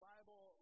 Bible